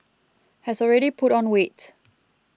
has already put on weight